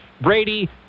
Brady